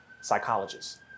psychologists